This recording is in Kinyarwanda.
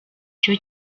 cyo